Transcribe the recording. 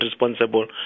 responsible